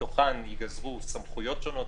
ומתוכן ייגזרו סמכויות שונות,